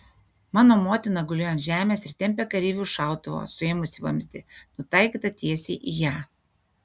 mano motina gulėjo ant žemės ir tempė kareivį už šautuvo suėmusį vamzdį nutaikytą tiesiai į ją